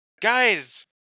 Guys